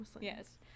yes